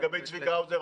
לגבי צביקה האוזר,